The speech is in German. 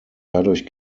dadurch